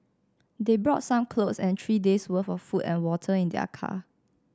they brought some clothes and three days' worth of food and water in their car